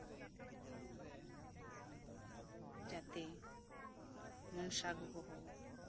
ᱡᱟᱛᱮ ᱢᱚᱱᱥᱟ ᱜᱚᱜᱚ ᱦᱚᱸ